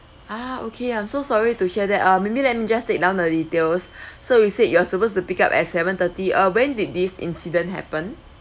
ah okay I'm so sorry to hear that uh maybe let me just take down the details so we said you are supposed to pick up at seven thirty uh when did this incident happened